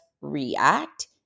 react